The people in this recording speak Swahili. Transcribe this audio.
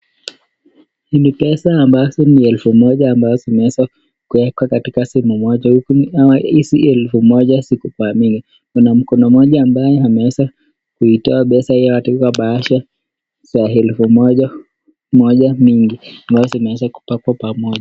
Hizi ni pesa ambazo ni elfu moja ambazo zimewekwa katika sehemu moja. Hizi elfu moja ziko kwa mingi, Kuna mkono moja ambaye ameweza kuitoa pesa hiyo kutoka kwa baasha za elfu moja moja mingi ambazo zimeweza kupangwa pamoja.